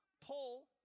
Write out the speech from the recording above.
Paul